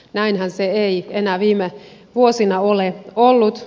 näinhän se ei enää viime vuosina ole ollut